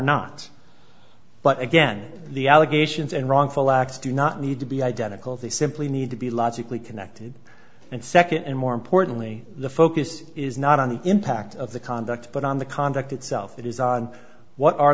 not but again the allegations and wrongful acts do not need to be identical they simply need to be logically connected and second and more importantly the focus is not on the impact of the conduct but on the conduct itself it is on what are